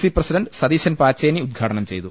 C president Satheesan Pacheni ഉദ്ഘാടനം ചെയ്തു